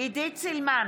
עידית סילמן,